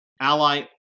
ally